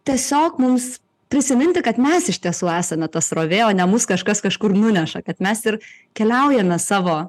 tiesiog mums prisiminti kad mes iš tiesų esame ta srovė o ne mus kažkas kažkur nuneša kad mes ir keliaujame savo